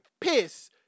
piss